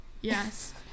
Yes